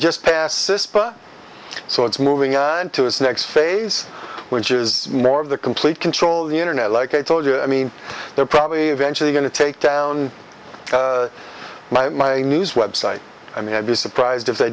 just pass this but so it's moving on to his next phase which is more of the complete control of the internet like i told you i mean they're probably eventually going to take down my news website i mean i'd be surprised if